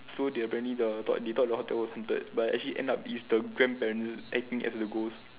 so they apparently the they thought the hotel was haunted but actually end up it's the grandparents acting as the ghost